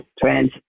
trends